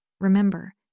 Remember